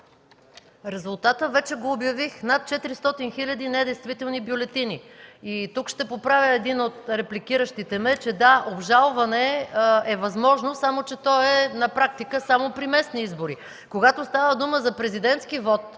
Резултатът вече го обявих – над 400 хиляди недействителни бюлетини. Тук ще поправя един от репликиращите ме, че – да, обжалване е възможно, само че то е на практика само при местни избори. Когато става дума за президентски вот